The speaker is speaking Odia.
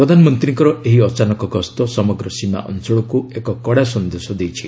ପ୍ରଧାନମନ୍ତ୍ରୀଙ୍କର ଏହି ଅଚାନକ ଗସ୍ତ ସମଗ୍ର ସୀମା ଅଞ୍ଚଳକୁ ଏକ କଡ଼ା ସନ୍ଦେଶ ଦେଇଛି